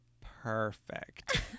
perfect